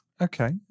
Okay